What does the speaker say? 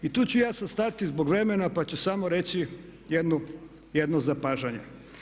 I tu ću ja sad stati zbog vremena pa ću samo reći jedno zapažanje.